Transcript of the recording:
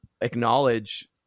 acknowledge